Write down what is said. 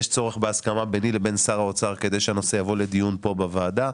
יש צורך בהסכמה ביני לבין שר האוצר כדי שהנושא יבוא לדיון כאן בוועדה.